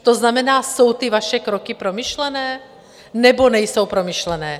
To znamená, jsou vaše kroky promyšlené, nebo nejsou promyšlené?